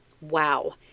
Wow